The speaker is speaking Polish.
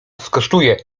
skosztuje